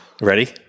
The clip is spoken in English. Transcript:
Ready